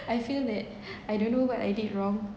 I feel that I don't know what I did wrong